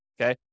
okay